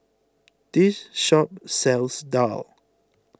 this shop sells Daal